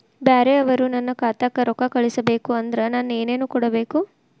ಬ್ಯಾರೆ ಅವರು ನನ್ನ ಖಾತಾಕ್ಕ ರೊಕ್ಕಾ ಕಳಿಸಬೇಕು ಅಂದ್ರ ನನ್ನ ಏನೇನು ಕೊಡಬೇಕು?